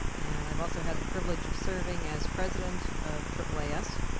and i've also had the privilege of serving as president of aaas.